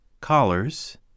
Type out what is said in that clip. collars